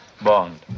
Bond